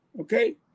Okay